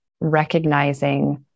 recognizing